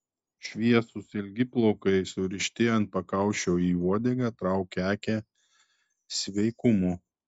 šviesūs ilgi plaukai surišti ant pakaušio į uodegą traukė akį sveikumu